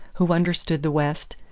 who understood the west,